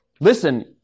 listen